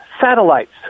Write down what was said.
Satellites